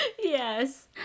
Yes